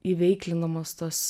įveiklinamos tos